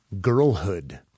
girlhood